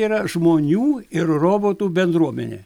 yra žmonių ir robotų bendruomenė